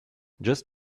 just